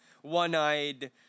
one-eyed